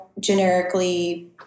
generically